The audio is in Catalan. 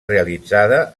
realitzada